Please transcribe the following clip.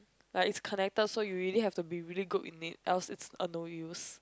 like it's connected so you really have to be really good in it else it's a no use